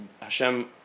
Hashem